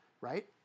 right